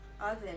oven